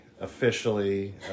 officially